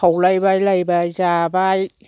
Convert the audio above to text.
खावलायबाय लायबाय जाबाय